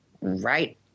right